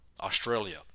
Australia